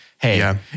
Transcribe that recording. hey